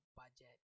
budget